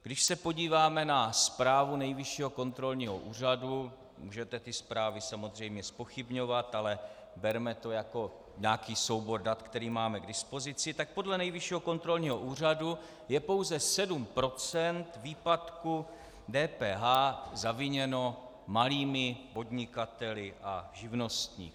Když se podíváme na zprávu Nejvyššího kontrolního úřadu, můžete ty zprávy samozřejmě zpochybňovat, ale berme to jako nějaký soubor dat, který máme k dispozici, tak podle Nejvyššího kontrolního úřadu je pouze 7 % výpadku DPH zaviněno malými podnikateli a živnostníky.